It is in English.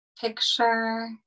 picture